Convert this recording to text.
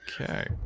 Okay